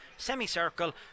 semicircle